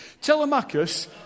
Telemachus